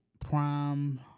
Prime